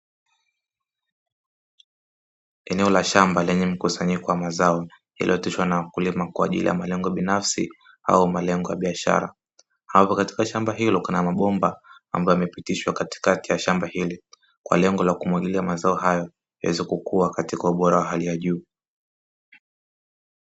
Eneo la shamba lenye mkusanyiko wa mazao yaliyooteshwa na kulimwa kwa ajili ya malengo binafsi au malengo ya biashara, ambapo katika shamba hilo kuna mabomba ambayo yamepitishwa katikati ya shamba hili kwa lengo la kumwagilia mazao hayo yaweze kukua katika ubora wa hali ya juu.